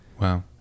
Wow